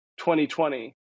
2020